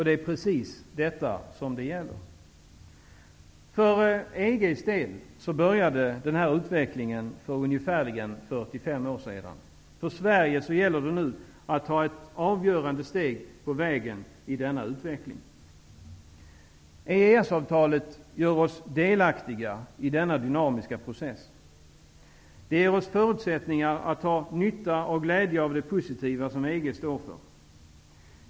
Det är precis vad det gäller. För EG:s del började den här utvecklingen för ungefär 45 år sedan. För Sverige gäller det nu att ta ett avgörande steg på vägen i denna utveckling. EES-avtalet gör oss delaktiga i denna dynamiska process. Det ger oss förutsättningar att få nytta och glädje av det positiva som EG står för.